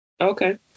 Okay